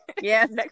Yes